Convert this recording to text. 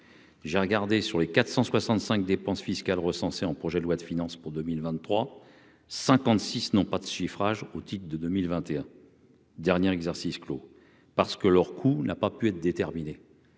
j'ai regardé sur les 465 dépenses fiscales recensées en projet de loi de finances pour 2023 56 n'ont pas de chiffrage, au titre de 2021. Dernière exercice clos parce que leur coût n'a pas pu être déterminée.